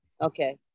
Okay